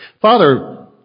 Father